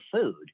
food